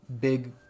big